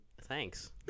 thanks